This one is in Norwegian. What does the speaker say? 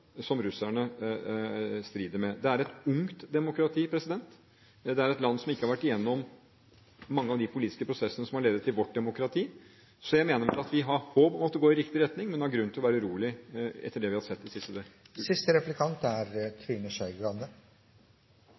som russerne strir med. Det er et ungt demokrati. Det er et land som ikke har vært igjennom mange av de politiske prosessene som har ledet til vårt demokrati, så jeg mener vel at vi har håp om at det går i riktig retning, men har grunn til å være urolige etter det vi har sett de siste døgn. Også jeg har lyst til å følge opp det